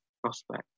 prospect